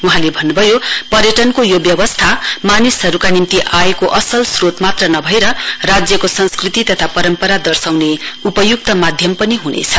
वहाँले भन्नुभयो पर्यटनको यो व्यवस्था मानिसहरुका निम्ति आयको असल श्रोत मात्र नभएर राज्यको संस्कृति तथा परम्परा दर्शाउने उपयुक्त माध्यम पनि हुनेछ